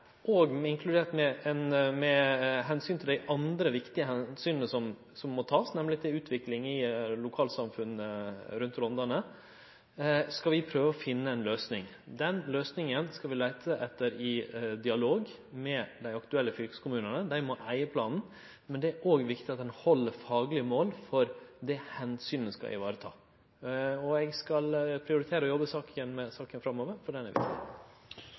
og med omsyn til dei andre viktige omsyna som må takast, nemleg utviklinga i lokalsamfunna rundt Rondane – skal vi prøve å finne ei løysing. Den løysinga skal vi leite etter i dialog med dei aktuelle fylkeskommunane. Dei må eige planen. Men det er òg viktig at han held faglege mål for det omsynet han skal vareta. Eg skal prioritere å jobbe med saka framover,